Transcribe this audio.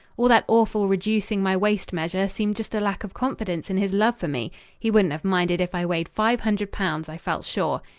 all that awful reducing my waist measure seemed just a lack of confidence in his love for me he wouldn't have minded if i weighed five hundred pounds, i felt sure.